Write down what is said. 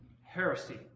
heresy